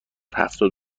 هفتاد